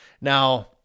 Now